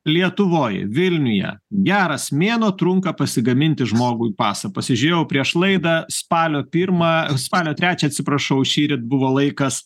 lietuvoj vilniuje geras mėnuo trunka pasigaminti žmogui pasą pasižiūrėjau prieš laidą spalio pirmą spalio trečią atsiprašau šįryt buvo laikas